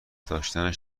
داشتنش